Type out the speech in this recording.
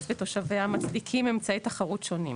ותושביה מצדיקים אמצעי תחרות שונים.